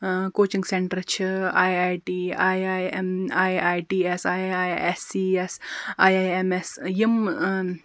coaching centre چھِ I I T I I M I I T S I I S C S I I M S یِم